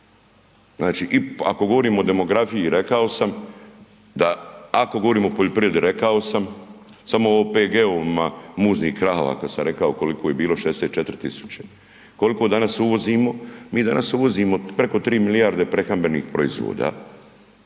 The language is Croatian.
Znači i, ako govorimo o demografiji rekao sam da, ako govorimo o poljoprivredi rekao sam, samo o OPG-ovima muzni krava kad sam rekao koliko je bilo 64000. Koliko danas uvozimo? Mi danas uvozimo preko 3 milijarde prehrambenih proizvoda,